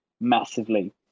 massively